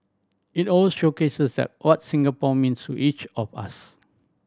it also showcases that what Singapore means to each of us